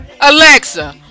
Alexa